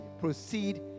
proceed